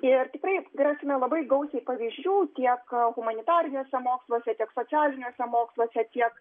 ir tikrai rasime labai gausiai pavyzdžių tiek humanitariniuose moksluose tiek socialiniuose moksluose tiek